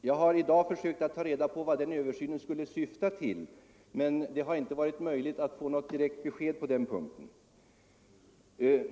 Jag har i dag försökt få reda på vad denna översyn skall avse, men det har inte varit möjligt att få direkt besked på den punkten.